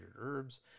herbs